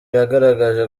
yagaragaje